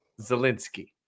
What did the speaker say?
Zelensky